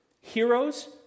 heroes